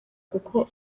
kuko